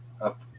up